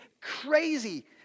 crazy